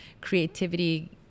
creativity